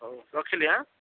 ହଉ ରଖିଲି